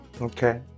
Okay